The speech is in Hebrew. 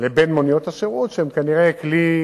לבין מוניות השירות, שהן כנראה כלי